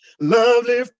Lovely